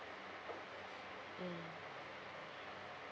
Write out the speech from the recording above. mm